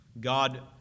God